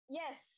yes